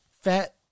fat